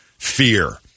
fear